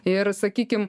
ir sakykim